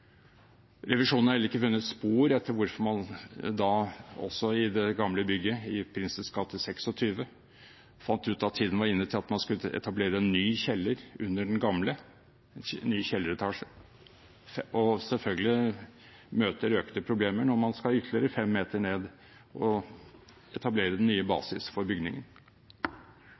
Revisjonen har heller ikke funnet spor etter hvorfor man i det gamle bygget, i Prinsens gate 26, fant ut at tiden var inne til å etablere en ny kjeller under den gamle – en ny kjelleretasje. Selvfølgelig møter man økte problemer når man skal ytterligere fem meter ned og etablere den nye basisen for bygningen.